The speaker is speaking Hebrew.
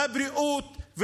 בבריאות,